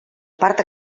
part